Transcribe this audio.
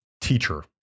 teacher